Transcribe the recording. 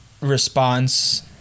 response